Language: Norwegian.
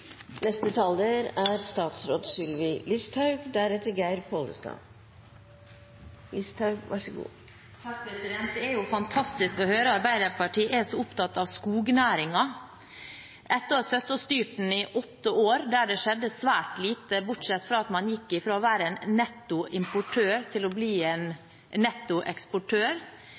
Det er jo fantastisk å høre at Arbeiderpartiet er så opptatt av skognæringen etter å ha sittet og styrt den i åtte år, der det skjedde svært lite bortsett fra at man gikk fra å være en netto importør til å bli en